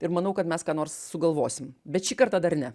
ir manau kad mes ką nors sugalvosim bet šį kartą dar ne